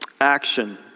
action